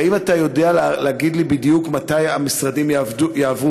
והאם אתה יודע להגיד לי בדיוק מתי המשרדים יעברו?